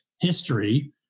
history